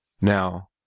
Now